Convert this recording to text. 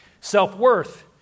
self-worth